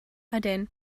ydyn